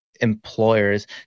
employers